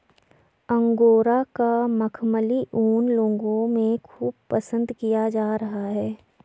angora का मखमली ऊन लोगों में खूब पसंद किया जा रहा है